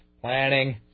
Planning